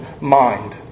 mind